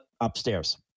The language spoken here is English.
upstairs